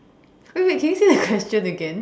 wait wait can you say the question again